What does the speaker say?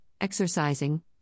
exercising